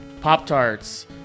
Pop-Tarts